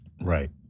Right